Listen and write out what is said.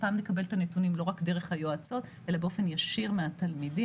הפעם נקבל את הנתונים לא רק דרך היועצות אלא באופן ישיר מהתלמידים.